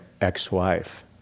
ex-wife